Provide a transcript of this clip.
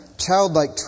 Childlike